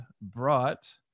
brought